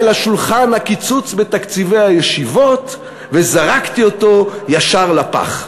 הקיצוץ בתקציבי הישיבות וזרקתי אותו ישר לפח"?